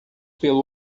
pelo